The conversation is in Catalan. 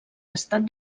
estat